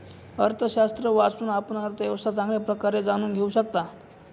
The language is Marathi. अर्थशास्त्र वाचून, आपण अर्थव्यवस्था चांगल्या प्रकारे जाणून घेऊ शकता